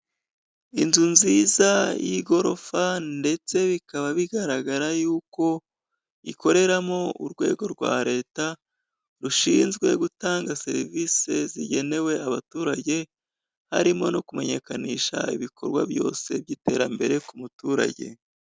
Inzu nziza y'igorofa ndetse bikaba bigaragara yuko ikoreramo urwego rwa Leta, rushinzwe gutanga serivisi zigenewe abaturage harimo no kumenyekanisha ibikorwa byose by'iterambere ku muturage.